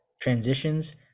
transitions